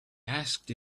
asked